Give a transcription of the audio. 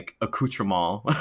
accoutrement